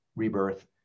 rebirth